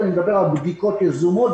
ואני מדבר על בדיקות יזומות,